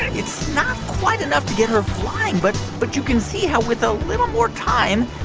it's not quite enough to get her flying, but but you can see how with a little more time,